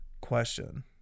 Question